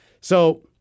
So-